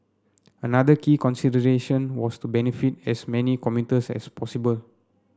another key consideration was to benefit as many commuters as possible